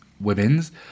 women's